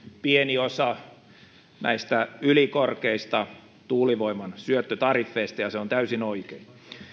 pieni osa ylikorkeista tuulivoiman syöttötariffeista ja se on täysin oikein